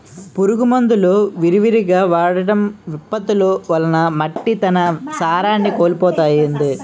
పురుగు మందులు విరివిగా వాడటం, విపత్తులు వలన మట్టి తన సారాన్ని కోల్పోతుంది